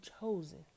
chosen